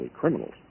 criminals